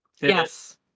yes